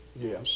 Yes